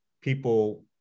people